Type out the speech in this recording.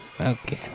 Okay